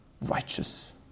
righteous